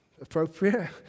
Appropriate